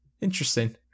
Interesting